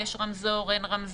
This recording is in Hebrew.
האם יש "רמזור" או אין "רמזור".